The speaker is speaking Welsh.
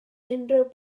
unrhyw